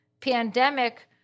pandemic